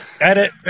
Edit